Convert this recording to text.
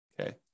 okay